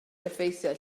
effeithiau